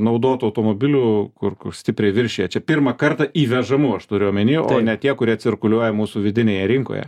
naudotų automobilių kur stipriai viršija čia pirmą kartą įvežamų aš turiu omeny o ne tie kurie cirkuliuoja mūsų vidinėje rinkoje